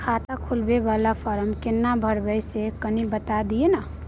खाता खोलैबय वाला फारम केना भरबै से कनी बात दिय न?